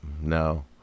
No